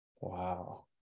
wow